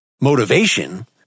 motivation